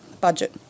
budget